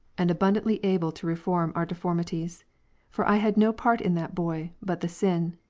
and abundantly able to reform our deformities for i had no part in that boy, but the sin.